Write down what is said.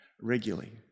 regularly